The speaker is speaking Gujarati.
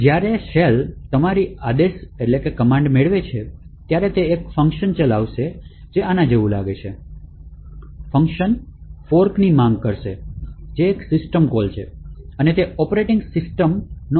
તેથી જ્યારે શેલ તમારી આદેશ મેળવે છે ત્યારે તે એક ફંક્શન ચલાવશે જે આના જેવું લાગે છે ફંક્શન ફોર્કની માંગ કરશે જે સિસ્ટમ કોલ છે અને તે ઑપરેટિંગ સિસ્ટમનો આગ્રહ રાખે છે